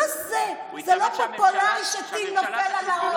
מה זה, זה לא פופולרי שטיל נופל על הראש?